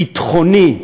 ביטחוני,